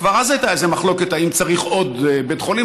כבר אז הייתה איזו מחלוקת אם צריך עוד בית חולים,